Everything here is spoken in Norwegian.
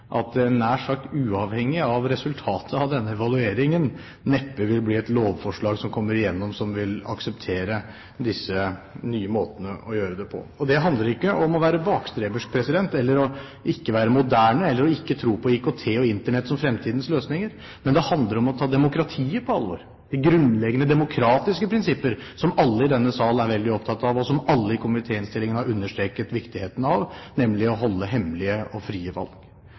at det nær sagt uavhengig av resultatet av denne evalueringen, neppe vil bli et lovforslag som kommer igjennom som vil akseptere disse nye måtene å gjøre det på. Og det handler ikke om å være bakstreversk eller ikke å være moderne eller ikke å tro på IKT og Internett som fremtidens løsninger, men det handler om å ta demokratiet på alvor – de grunnleggende demokratiske prinsipper som alle i denne sal er veldig opptatt av, og som alle i komitéinnstillingen har understreket viktigheten av, nemlig å holde hemmelige og frie valg.